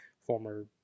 Former